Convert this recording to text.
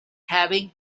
having